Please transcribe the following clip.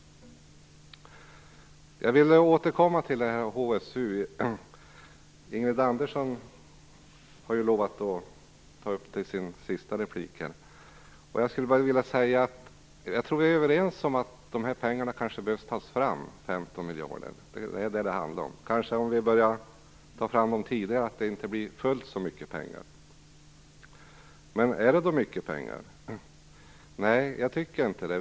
Jag vill återkomma till HSU. Ingrid Andersson har lovat att ta upp den i sin sista replik. Jag tror att vi är överens om att de 15 miljarderna behöver tas fram. Om vi börjar ta fram pengarna tidigare behövs det kanske inte fullt så mycket. Men är detta mycket pengar? Nej, jag tycker inte det.